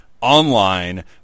online